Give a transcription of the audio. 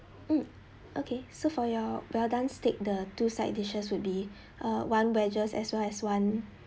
mm okay so for your well done steak the two side dishes would be err one wedges as well as one